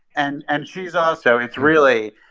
and and she's also it's really,